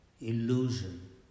illusion